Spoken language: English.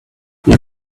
you